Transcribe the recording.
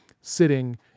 sitting